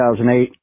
2008